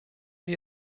wir